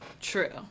True